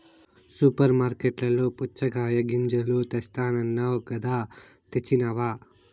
super మార్కట్లలో పుచ్చగాయ గింజలు తెస్తానన్నావ్ కదా తెచ్చినావ